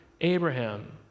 Abraham